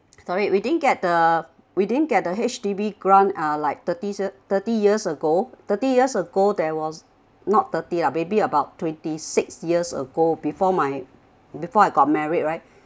sorry we didn't get the we didn't get the H_D_B grant uh like thirty ser~ thirty years ago thirty years ago there was not thirty lah maybe about twenty six years ago before my before I got married right